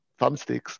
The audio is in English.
thumbsticks